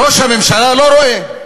ראש הממשלה לא רואה,